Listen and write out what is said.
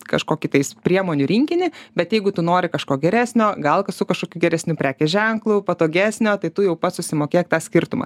kažkokį tais priemonių rinkinį bet jeigu tu nori kažko geresnio gal su kažkokiu geresniu prekės ženklu patogesnio tai tuojau pat susimokėk tą skirtumą